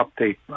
Update